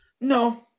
No